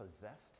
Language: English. possessed